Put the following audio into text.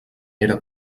era